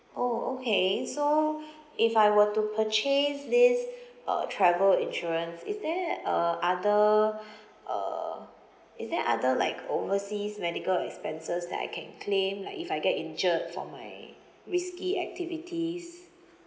orh okay so if I were to purchase this uh travel insurance is there uh other uh is there other like overseas medical expenses that I can claim like if I get injured for my risky activities